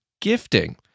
gifting